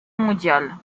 mondial